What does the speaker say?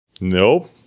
Nope